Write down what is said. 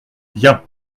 bien